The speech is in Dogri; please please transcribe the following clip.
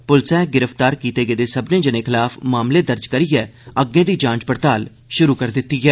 पुलसै गिरफ्तार कीते गेदे सब्मनें खलाफ मामले दर्ज करियै अग्गें दी जांच शुरु करी दित्ती ऐ